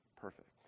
perfect